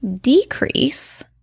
decrease